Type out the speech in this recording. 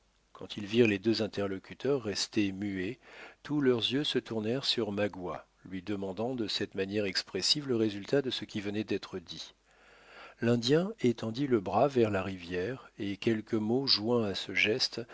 quand ils virent les deux interlocuteurs rester muets tous leurs yeux se tournèrent sur magua lui demandant de cette manière expressive le résultat de ce qui venait d'être dit l'indien étendit le bras vers la rivière et quelques mots joints à ce geste